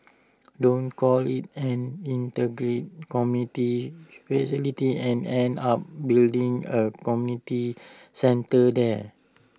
don't call IT an integrated community facility and end up building A community centre there